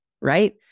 right